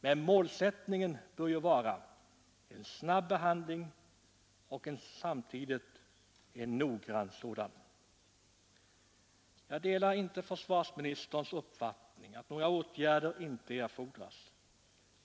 Men målsättningen bör vara en snabb behandling och samtidigt en noggrann sådan. Jag delar inte försvarsministerns uppfattning att några åtgärder inte erfordras.